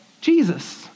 Jesus